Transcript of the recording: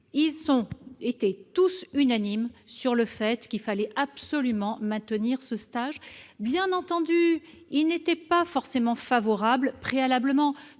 ils étaient unanimes sur le fait qu'il fallait absolument maintenir ce stage. Bien entendu, ils n'y étaient pas forcément favorables au préalable